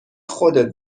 خودت